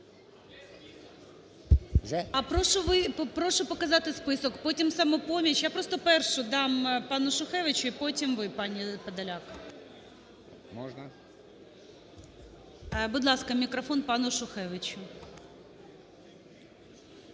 прошу показати список. Потім – "Самопоміч". Я просто перш дам пану Шухевичу і потім ви, пані Подоляк. Будь ласка, мікрофон пану Шухевичу.